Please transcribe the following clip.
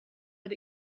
but